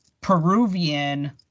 Peruvian